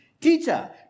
Teacher